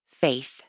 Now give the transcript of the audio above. faith